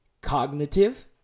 Cognitive